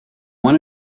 one